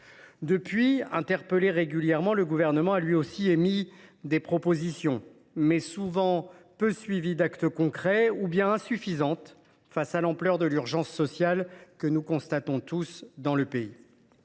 Interpellé régulièrement depuis lors, le Gouvernement a lui aussi émis des propositions, mais celles ci sont peu suivies d’actes concrets ou sont insuffisantes face à l’ampleur de l’urgence sociale que nous constatons tous dans le pays.